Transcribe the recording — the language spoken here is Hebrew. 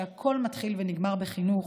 שהכול מתחיל ונגמר בחינוך.